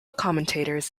commentators